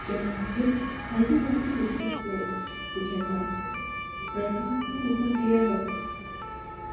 यदा युद्धं स हल्दिगाटि युद्धसमये यदा प्रतापमहोदयः